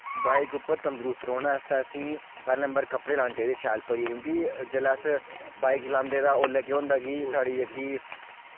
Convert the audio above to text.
bike उप्पर तंदरुस्त रौह्ने आस्तै असें पैह्लै नंबर कपड़े लाना चाहिदे शैल भरियै क्योंकि जिसलै अस बाइक चलांदे तां ओल्लै केह् होंदा कि साढ़ी जेह्की